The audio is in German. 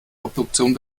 obduktion